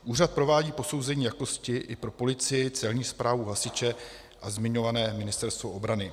Úřad provádí posouzení jakosti i pro policii, Celní správu, hasiče a zmiňované Ministerstvo obrany.